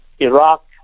Iraq